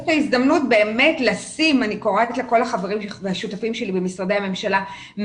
ההזדמנות לשים אני קוראת לכל השותפים שלי במשרדי הממשלה,